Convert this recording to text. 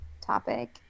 topic